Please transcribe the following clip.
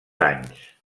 anys